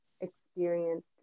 experienced